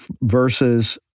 versus